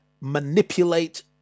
manipulate